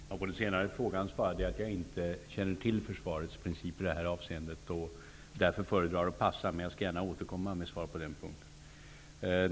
Herr talman! På den senare frågan svarade jag att jag inte känner till Försvarets principer i detta avseende och därför föredrar att passa, men jag skall gärna återkomma med svar på den punkten.